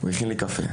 הוא הכין לי קפה.